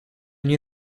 nie